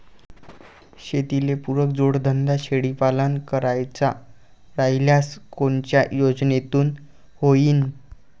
शेतीले पुरक जोडधंदा शेळीपालन करायचा राह्यल्यास कोनच्या योजनेतून होईन?